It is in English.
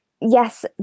yes